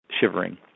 shivering